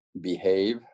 behave